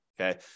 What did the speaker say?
okay